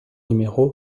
numéro